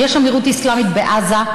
יש אמירות אסלאמית בעזה,